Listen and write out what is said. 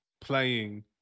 playing